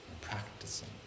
practicing